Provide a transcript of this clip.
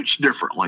differently